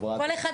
חבר הכנסת